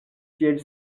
tiel